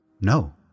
No